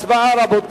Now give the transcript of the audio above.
הצבעה בקריאה